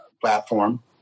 platform